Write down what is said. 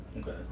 Okay